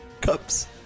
cups